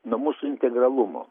nuo mūsų integralumo